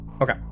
Okay